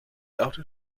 outed